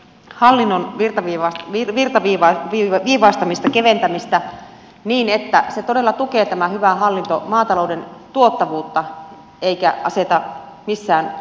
onko nyt näköpiirissä hallinnon virtaviivaistamista keventämistä niin että tämä hyvä hallinto todella tukee maatalouden tuottavuutta eikä aseta missään hidasteita